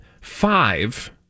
five